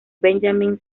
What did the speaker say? benjamin